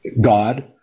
God